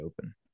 open